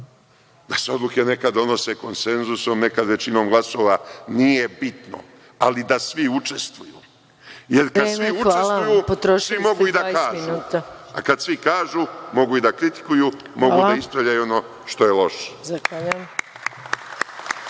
da se odluke nekad donose konsenzusom, nekad većinom glasova, nije bitno, ali da svi učestvuju, jer kad svi učestvuju, svi mogu i da kažu, a kad svi kažu, mogu i da kritikuju mogu da ispravljaju ono što je loše.